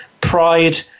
pride